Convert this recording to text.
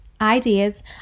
ideas